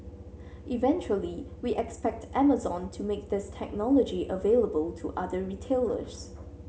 eventually we expect Amazon to make this technology available to other retailers